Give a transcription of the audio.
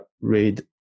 read